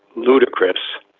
ludicrus,